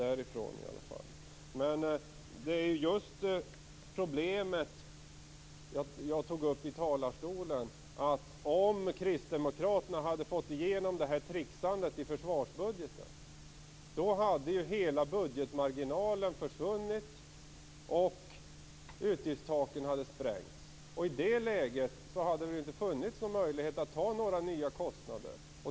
Problemet är just det som jag tidigare tog upp här i talarstolen. Om Kristdemokraterna hade fått igenom det här tricksandet i försvarsbudgeten skulle hela budgetmarginalen ha försvunnit. Vidare skulle utgiftstaken ha sprängts. I det läget hade det inte funnits möjligheter att ta några nya kostnader.